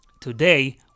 Today